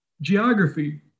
Geography